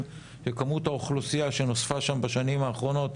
שכמות האוכלוסייה שנוספה שם בשנים האחרונות,